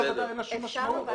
לדיון בוועדה אין שום משמעות.